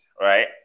right